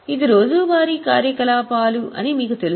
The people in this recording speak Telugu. ఇది రోజువారీ కార్య కలాపాలు అని మీకు తెలుసు